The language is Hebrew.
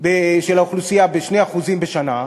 ב-2% בשנה,